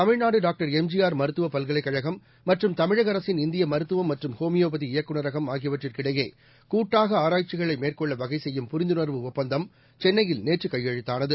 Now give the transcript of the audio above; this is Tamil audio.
தமிழ்நாடு டாக்டர் எம்ஜிஆர் மருத்துவ பல்கலைக் கழகம் மற்றும் தமிழக அரசின் இந்திய மருத்துவம் மற்றும் ஹோமியோபதி இயக்குநரகம் ஆகியவற்றுக்கு இடையே கூட்டாக ஆராய்ச்சிகளை மேற்கொள்ள வகைசெய்யும் புரிந்துணர்வு ஒப்பந்தம் சென்னையில் நேற்று கையெழுத்தானது